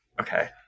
Okay